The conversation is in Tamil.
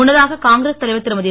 முன்னதாக காங்கிரஸ் தலைவர் திருமதி